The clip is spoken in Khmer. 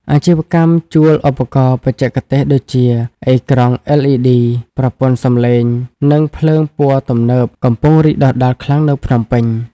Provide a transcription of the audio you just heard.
អាជីវកម្មជួលឧបករណ៍បច្ចេកទេស ដូចជា អេក្រង់ LED ប្រព័ន្ធសម្លេង និងភ្លើងពណ៌ទំនើប កំពុងរីកដុះដាលខ្លាំងនៅភ្នំពេញ។